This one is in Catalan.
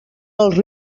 els